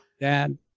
dad